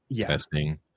Testing